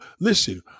listen